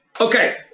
okay